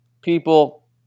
people